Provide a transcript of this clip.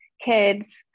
kids